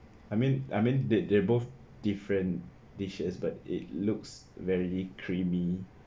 I mean I mean they they both different dishes but it looks very creamy